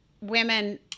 women